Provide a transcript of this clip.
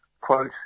quote